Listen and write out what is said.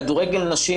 כדורגל נשים,